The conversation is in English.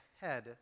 head